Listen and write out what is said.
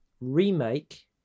remake